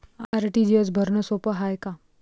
RTGS भरनं सोप हाय का?